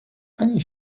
ani